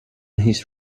his